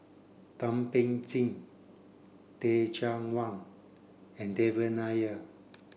Thum Ping Tjin Teh Cheang Wan and Devan Nair